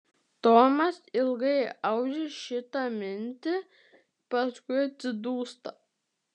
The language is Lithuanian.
tomas ilgai audžia šitą mintį paskui atsidūsta